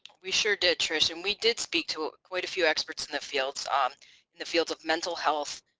we sure did trish and we did speak to quite a few experts in the fields um in the fields of mental health,